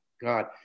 God